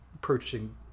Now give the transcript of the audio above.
purchasing